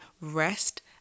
rest